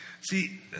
See